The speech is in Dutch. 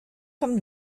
van